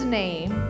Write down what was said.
name